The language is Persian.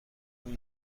این